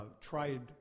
tried